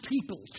people